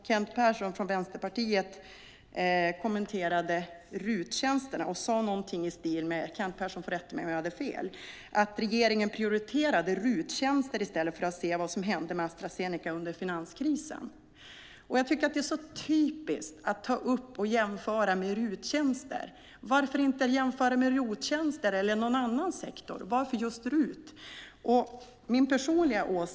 Kent Persson från Vänsterpartiet kommenterade RUT-tjänsterna och sade någonting i stil med att regeringen prioriterade RUT-tjänster i stället för att se vad som hade med Astra Zeneca under finanskrisen. Kent Persson får rätta mig om jag har fel. Jag tycker att det är så typiskt att jämföra det med RUT-tjänster. Varför inte jämföra med ROT-tjänster eller någon annan sektor? Varför just RUT?